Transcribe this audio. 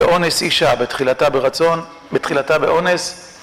באונס אישה, בתחילתה ברצון, בתחילתה באונס,